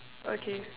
okay